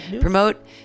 Promote